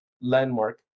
landmark